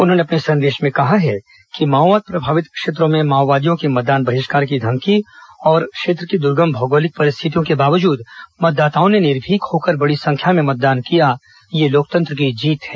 उन्होंने अपने संदेश में कहा है माओवाद प्रभावित क्षेत्रों में माओवादियों के मतदान बहिष्कार की धमकी और क्षेत्र की द्र्गम भौगोलिक परिस्थितियों के बावजूद मतदाताओं ने निर्भीक होकर बड़ी संख्या में मतदान किया यह लोकतंत्र की जीत है